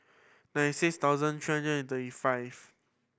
ninety six thousand three hundred and thirty five